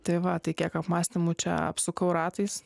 tai va tai kiek apmąstymų čia apsukau ratais